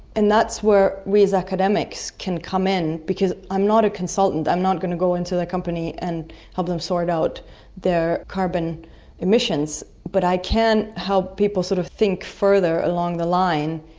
and that's where we as academics can come in, because i'm not a consultant, i'm not going to go into the company and help them sort out their carbon emissions. but i can help people sort of think further along the line,